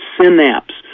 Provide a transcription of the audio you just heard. synapse